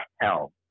hell